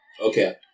Okay